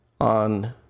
on